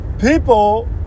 people